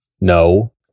no